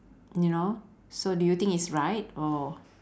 you know so do you think is right or